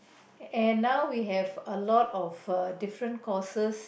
and now we have a lot of uh different courses